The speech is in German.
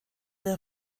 der